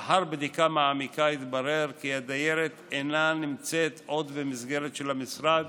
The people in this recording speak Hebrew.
לאחר בדיקה מעמיקה התברר כי הדיירת אינה נמצאת עוד במסגרת של המשרד,